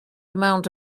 amount